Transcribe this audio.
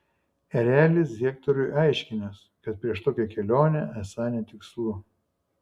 erelis hektorui aiškinęs kad prieš tokią kelionę esą netikslu